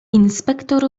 inspektor